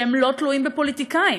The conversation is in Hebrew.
שלא תלויים בפוליטיקאים,